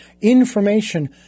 information